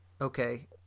okay